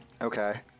Okay